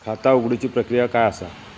खाता उघडुची प्रक्रिया काय असा?